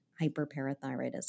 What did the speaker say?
hyperparathyroidism